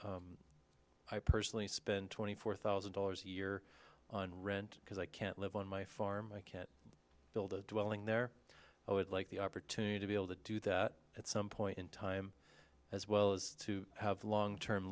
i personally spend twenty four thousand dollars a year on rent because i can't live on my farm i can't build a developing their own would like the opportunity to be able to do that at some point in time as well as to have long term